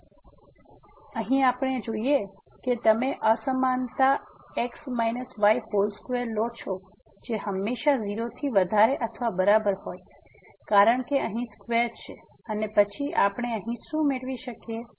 તેથી હવે અહીં આપણે જોશો કે તમે આ અસમાનતા x y2 લો છો જે હંમેશાં 0 થી વધારે અથવા બરાબર હોય છે કારણ કે અહીં સ્ક્વેર છે અને પછી આપણે અહીં શું મેળવી શકીએ